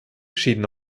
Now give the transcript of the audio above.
schieden